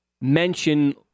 mention